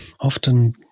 often